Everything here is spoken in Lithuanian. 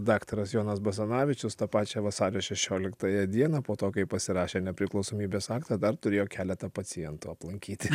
daktaras jonas basanavičius tą pačią vasario šešioliktąją dieną po to kai pasirašė nepriklausomybės aktą dar turėjo keletą pacientų aplankyti